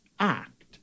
Act